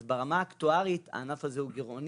אז ברמה האקטוארית הענף הזה הוא גירעוני.